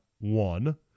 one